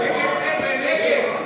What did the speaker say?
ההצעה להעביר את